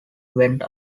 went